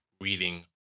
reading